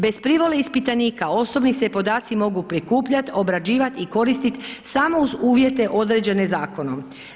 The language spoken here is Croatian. Bez privole ispitanika osobni se podaci mogu prikupljat, obrađivat i koristit samo uz uvjete određene zakonom.